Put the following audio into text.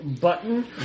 button